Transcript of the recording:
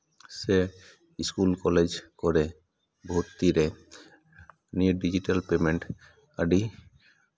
ᱥᱮ school college ᱠᱚᱨᱮᱜ ᱵᱷᱚᱨᱛᱤ ᱨᱮ ᱱᱤᱭᱟᱹ ᱰᱤᱡᱤᱴᱮᱞ ᱯᱮᱢᱮᱱᱴ ᱟᱹᱰᱤ